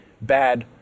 bad